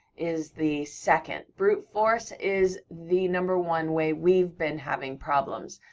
is the second. brute force is the number one way we've been having problems,